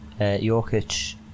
Jokic